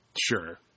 Sure